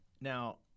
Now